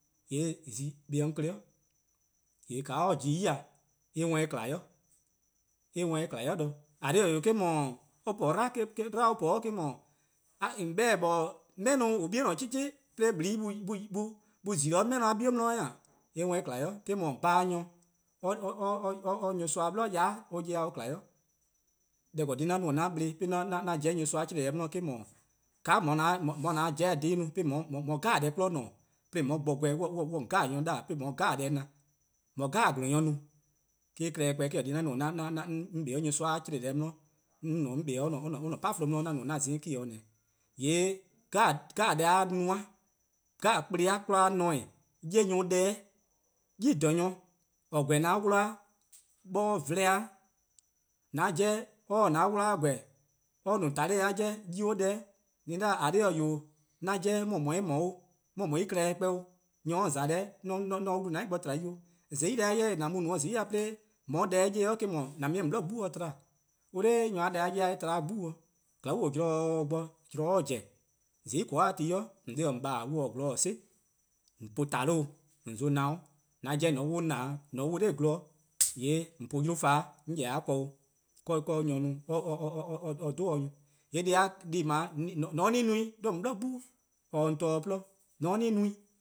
:Yee' zi 'kpa ;o 'on 'kei', :yee' :ka or pobo-eh ya 'de eh 'worn eh :kma 'i, eh 'worn eh "kma 'i :ka, :eh :korn dhih :eh 'wee', eh-: dhu, or po 'dlan 'dlan or :po-eh or-: 'dhu, eh 'beh-dih: 'mehno: :on ;korn-a ' bie' :ne-a 'cheh 'cheh' :bli :eh'ye 'de 'mehno-a 'di :zi-dih :eh?, eh 'worn eh :kma 'i, eh 'dhu bhaan- yor or nyorsoa-a' 'ble yai' 'ye-eh :kma 'i. Deh :eh :korn-a dhih 'de 'an bla-ih-a 'de 'an pobo-a 'de nyorsoa-a 'chlee-deh 'di eh-: 'dhu, :ka :on 'ye-a 'jeh-a dhih-a no 'de 'de :on 'ye-a deh 'jeh 'kmo :ne-dih, 'de :on 'ye bo :gweh, 'de :on 'ye :on nyor 'jeh 'da-dih, 'de :on 'ye deh 'jeh no, 'de :on 'ye :gwlor-nyor 'jeh no, en-: klehkpeh :eh-: :korn 'dhih 'on no-a 'o 'de 'on 'kpa 'de nyorsoa-a' :chlee-deh 'di, 'de 'on no :ao' 'on 'kpa 'de 'an-a' 'bafluh 'di 'an no-a 'an za-ih :ne 'o, :yee' deh 'jeh-a no-a, kpleh 'jeh-a 'kmo :ne-dih :eh, 'ye nyor deh-', nyor-klaba' :or :gweh-a :an 'wluh-a 'bor :an :vlehn or, :an 'jeh or se :an 'wluh-a :gweh, :mor or :ne 'zean 'ye or deh-', :an no :ao' :mor 'dhu-eh mor- 'o, 'mor no en- klehkpeh 'o, :mor nyor :za deh-' 'on :se-' or wlu :dou'+ bo :to 'i 'o, :zai' deh-a 'jeh :an mu-a no 'de on 'ye-a :on deh-a' 'ye eh-: 'dhu, :an tba-eh 'de :on 'bli 'gbu dih, on 'da nyor-a deh-a 'ye-eh' eh tba 'de 'gbu dih, :glaa'e zorn bo :mor zorn zen, :zai :soon'-a beor-a ti 'i :on 'de-: :on :baa' :mor on :taa 'zorn 'si, :on po-uh tae-wluh, :on za-uh 'nyinor,:an 'jeh :mor :on 'wluh :na 'da, :mor :on 'wluh 'de gwlor ken :yee' :on po-uh 'yluh 'fan, 'on :yeh-dih-a ken, ka nyor no or 'dhu 'o nyor, deh+ :daa :mor :an-a' no-ih 'de :on 'bli 'gbu :on :kpa-dih-a :porluh :mor :an-' no-ih